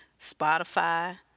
Spotify